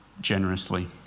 generously